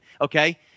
okay